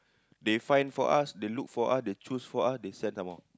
they find for us they look us they choose for us they send some more